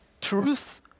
truth